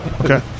Okay